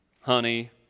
Honey